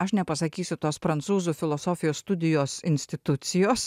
aš nepasakysiu tos prancūzų filosofijos studijos institucijos